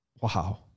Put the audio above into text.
Wow